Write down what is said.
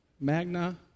Magna